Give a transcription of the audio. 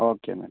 okay എന്നാൽ